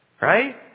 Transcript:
Right